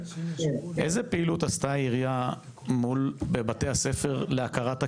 איזה פעילות עשתה העירייה מול בתי הספר להכרת הקהילה?